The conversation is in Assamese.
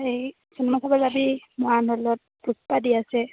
এই চিনেমা চাবলৈ যাবি মৰাণ হ'লত পুষ্পা দি আছে